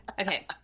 Okay